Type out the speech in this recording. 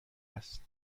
است